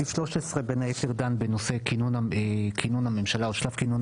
סעיף 13 בין היתר דן בנושא כינון הממשלה או שלב כינון